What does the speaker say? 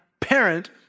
parent